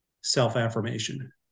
self-affirmation